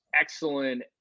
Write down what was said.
excellent